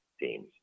teams